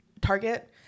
Target